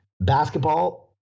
Basketball